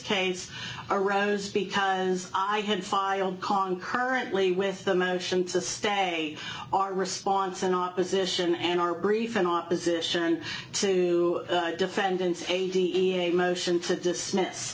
case arose because i had five kong currently with the motion to stay our response in opposition and our brief in opposition to defendants a motion to dismiss